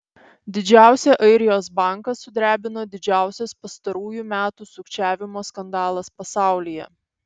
didžiausią airijos banką sudrebino didžiausias pastarųjų metų sukčiavimo skandalas pasaulyje